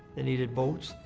they needed boats.